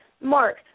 Mark